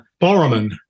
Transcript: Boroman